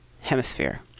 Hemisphere